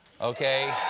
okay